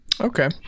Okay